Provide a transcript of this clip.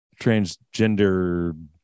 transgender